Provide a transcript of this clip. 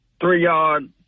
three-yard